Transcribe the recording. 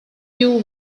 you